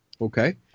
Okay